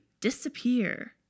disappear